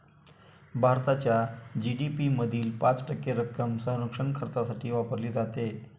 भारताच्या जी.डी.पी मधील पाच टक्के रक्कम संरक्षण खर्चासाठी वापरली जाते